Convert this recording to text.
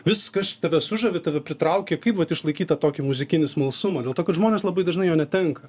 vis kas tave sužavi tave pritraukia kaip vat išlaikyt tą tokį muzikinį smalsumą dėl to kad žmonės labai dažnai jo netenka